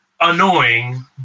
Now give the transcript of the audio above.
annoying